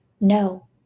No